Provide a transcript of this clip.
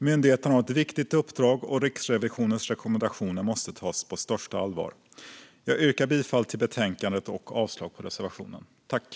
Myndigheten har ett viktigt uppdrag, och Riksrevisionens rekommendationer måste tas på största allvar. Jag yrkar bifall till utskottets förslag.